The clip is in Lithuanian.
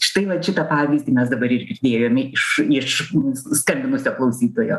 štai vat šitą pavyzdį mes dabar ir girdėjome iš iš mūsų skambinusio klausytojo